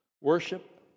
Worship